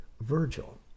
Virgil